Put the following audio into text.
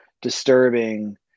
disturbing